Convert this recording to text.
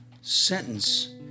sentence